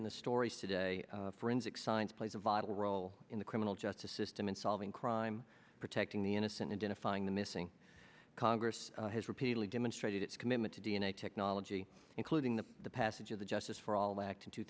in the stories today forensic science plays a vital role in the criminal justice system in solving crime protecting the innocent identifying the missing congress has repeatedly demonstrated its commitment to d n a technology including the passage of the justice for all act in two